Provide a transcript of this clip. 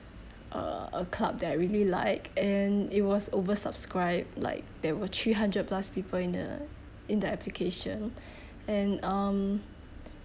uh a club that I really like and it was oversubscribed like there were three hundred plus people in the in the application and um